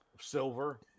silver